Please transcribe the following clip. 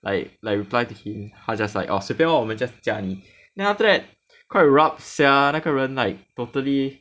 like like reply to him 他 just like orh 随便 lor 我们 just 加你 then after that quite rab sia 那个人 like totally